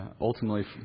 ultimately